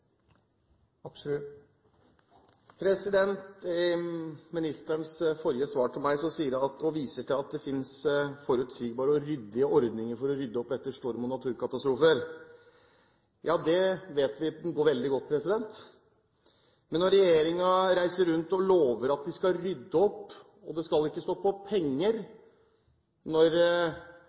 revidert. I ministerens forrige svar til meg viser hun til at det finnes forutsigbare og ryddige ordninger for å rydde opp etter storm og naturkatastrofer. Ja, det vet vi går veldig godt! Men når regjeringen reiser rundt og lover at man skal rydde opp, og det skal ikke stå på penger når